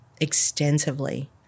extensively